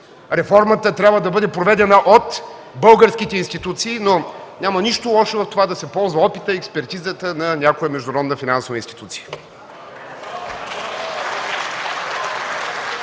Реформата трябва да бъде проведена от българските институции, но няма нищо лошо да се ползва опитът и експертизата на някоя международна финансова институция.